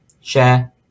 share